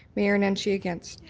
mayor nenshi against,